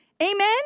Amen